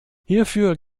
hierfür